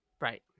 Right